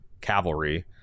Cavalry